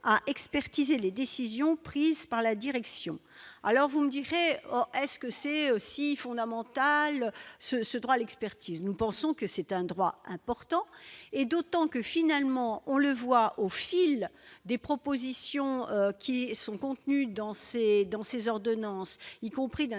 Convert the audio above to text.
à expertiser les décisions prises par la direction, alors vous me direz, est-ce que c'est aussi fondamental ce ce droit l'expert. Nous pensons que c'est un droit important et d'autant que, finalement, on le voit au fil des propositions qui sont contenues dans ces dans ces ordonnances, y compris d'un